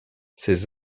ces